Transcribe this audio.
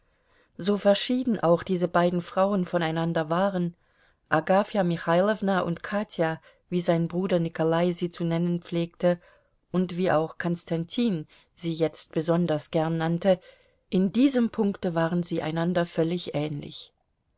so verschieden auch diese beiden frauen voneinander waren agafja michailowna und katja wie sein bruder nikolai sie zu nennen pflegte und wie auch konstantin sie jetzt besonders gern nannte in diesem punkte waren sie einander völlig ähnlich